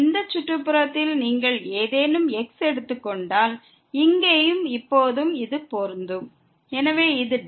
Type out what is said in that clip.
இந்த சுற்றுப்புறத்தில் நீங்கள் ஏதேனும் xஐ எடுத்துக் கொண்டால் எனவே இது δ